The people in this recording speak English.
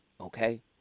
Okay